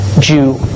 Jew